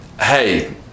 hey